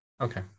Okay